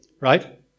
right